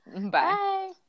Bye